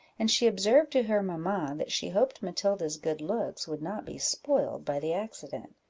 and she observed to her mamma, that she hoped matilda's good looks would not be spoiled by the accident,